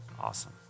Awesome